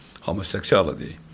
homosexuality